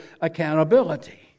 accountability